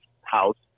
house